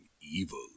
evil